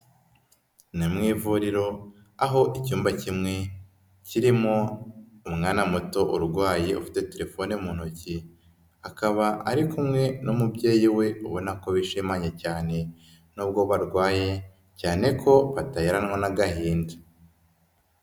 Ni mu ivuriro aho icyumba kimwe kirimo umwana muto urwaye ufite telefone mu ntoki, akaba ari kumwe n'umubyeyi we ubona ko bishimanye cyane n'ubwo barwaye cyane ko bataheranwa n'agahinda.